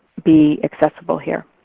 be accessible here.